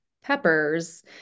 peppers